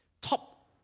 Top